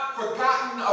forgotten